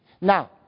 Now